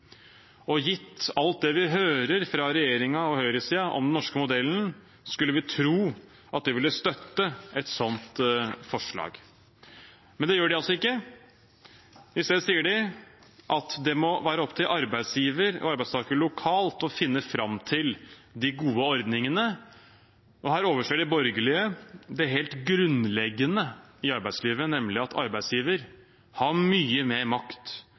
modellen. Gitt alt det vi hører fra regjeringen og høyresiden om den norske modellen, skulle vi tro at de ville støtte et slikt forslag. Men det gjør de altså ikke. I stedet sier de at det må være opp til arbeidsgiver og arbeidstaker lokalt å finne fram til de gode ordningene. Her overser de borgerlige det helt grunnleggende i arbeidslivet, nemlig at arbeidsgiver har mye mer makt